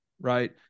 right